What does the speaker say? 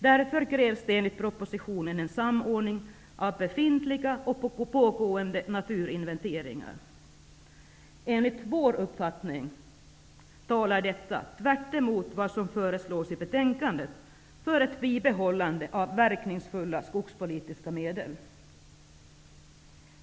Därför krävs det enligt propositionen en samordning av befintliga och pågående naturinventeringar. Enligt vår uppfattning talar detta, tvärtemot vad som föreslås i betänkandet, för ett bibehållande av verkningsfulla skogspolitiska medel.